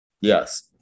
Yes